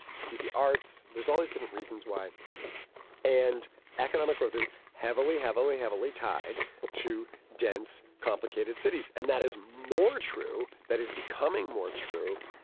see the arts. there's all these different reasons why and economic growth is heavily, heavily, heavily tied to dense, complicated cities. and that is more true. that is becoming more true